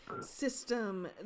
system